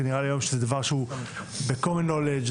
כי נראה לי שהיום זה דבר שהוא ב-Common knowledge,